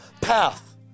path